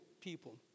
people